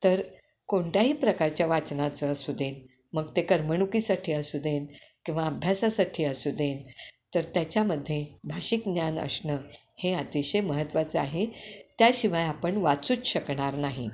तर कोणत्याही प्रकारच्या वाचनाचं असू दे मग ते करमणुकीसाठी असू देन किंवा अभ्यासासाठी असू देन तर त्याच्यामध्ये भाषिक ज्ञान असणं हे अतिशय महत्त्वाचं आहे त्याशिवाय आपण वाचूच शकणार नाही